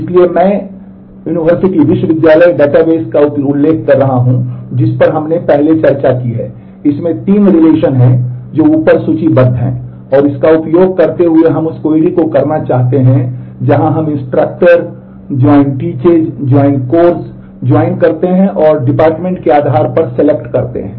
इसलिए मैं उस विश्वविद्यालय डेटाबेस का उल्लेख कर रहा हूं जिस पर हमने पहले चर्चा की है इसमें तीन रिलेशन करते हैं